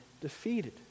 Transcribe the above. defeated